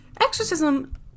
exorcism